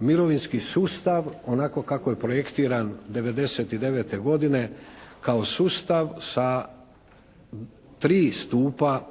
mirovinski sustav onako kako je projektiran '99. godine kao sustav sa tri stupa